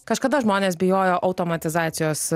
kažkada žmonės bijojo automatizacijos